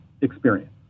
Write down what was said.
experience